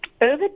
over